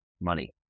money